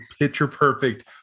picture-perfect